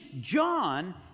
john